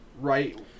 right